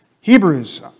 Hebrews